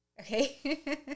Okay